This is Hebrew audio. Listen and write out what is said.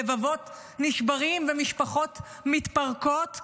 לבבות נשברים ומשפחות מתפרקות,